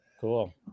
cool